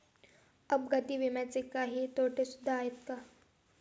अपघाती विम्याचे काही तोटे सुद्धा आहेत का?